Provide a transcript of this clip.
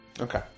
okay